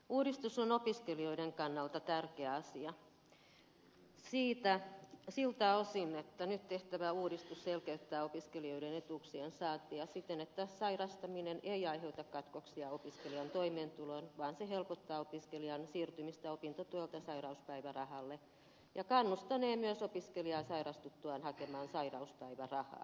uudistus on opiskelijoiden kannalta tärkeä asia siltä osin että nyt tehtävä uudistus selkeyttää opiskelijoiden etuuksien saantia siten että sairastaminen ei aiheuta katkoksia opiskelijan toimeentuloon vaan se helpottaa opiskelijan siirtymistä opintotuelta sairauspäivärahalle ja kannustanee myös opiskelijaa sairastuttuaan hakemaan sairauspäivärahaa